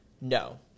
no